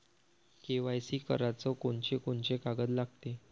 KYC कराच कोनचे कोनचे कागद लागते?